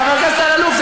חבר הכנסת אלאלוף,